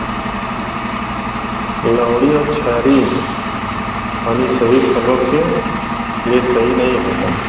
लवणीय या क्षारीय पानी सभी फलों के लिए सही नहीं होता